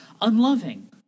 Unloving